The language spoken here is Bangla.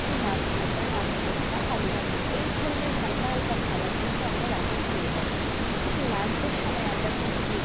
কি মাছ ভাজা মাছ চটকা আলুভাতে এই ধরণের হালকা হালকা খাবার কিন্তু আমরা রাত্রে খেয়ে থাকি কিন্তু লাঞ্চের সময় আমরা কিন্তু বেশ